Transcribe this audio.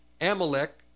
Amalek